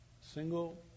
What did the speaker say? single